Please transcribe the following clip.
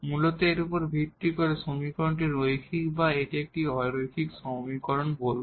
মূলত এর উপর ভিত্তি করে সমীকরণটি লিনিয়ার বা এটি একটি অ লিনিয়ার সমীকরণ বলব